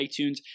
iTunes